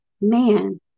man